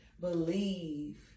believe